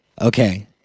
Okay